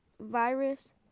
Virus